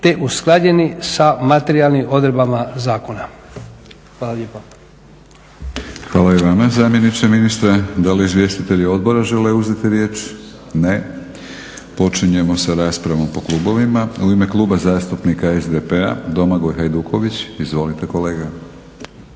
te usklađeni sa materijalnim odredbama zakona. Hvala lijepa. **Batinić, Milorad (HNS)** Hvala i vama zamjeniče ministra. Da li izvjestitelji odbora žele uzeti riječ? Ne. Počinjemo sa raspravom po klubovima. U ime Kluba zastupnika SDP-a Domagoj Hajduković. Izvolite kolega.